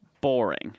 boring